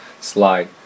slide